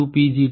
33C2Pg2133